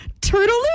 Turtle